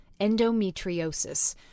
endometriosis